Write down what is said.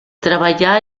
treballà